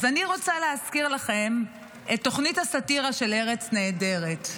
אז אני רוצה להזכיר לכם את תוכנית הסאטירה של ארץ נהדרת,